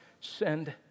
send